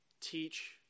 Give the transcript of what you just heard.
teach